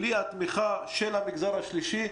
בלי התמיכה של המגזר השלישי,